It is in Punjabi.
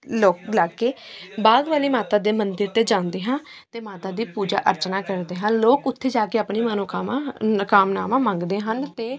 ਲੋਕ ਇਲਾਕੇ ਬਾਹਰ ਵਾਲੀ ਮਾਤਾ ਦੇ ਮੰਦਿਰ 'ਤੇ ਜਾਂਦੇ ਹਾਂ ਅਤੇ ਮਾਤਾ ਦੀ ਪੂਜਾ ਅਰਚਨਾ ਕਰਦੇ ਹਨ ਲੋਕ ਉੱਥੇ ਜਾ ਕੇ ਆਪਣੀ ਮਨੋਕਾਮਾ ਨ ਕਾਮਨਾਵਾਂ ਮੰਗਦੇ ਹਨ ਅਤੇ